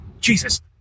Jesus